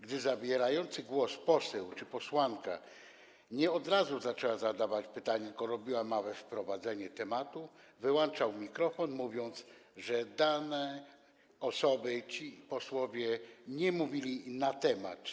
Gdy zabierający głos poseł czy posłanka nie od razu zaczęli zadawać pytania, tylko robili małe wprowadzenie do tematu, wyłączał mikrofon, mówiąc, że dane osoby, że ci posłowie nie mówili na temat.